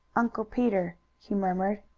uncle peter, he murmured.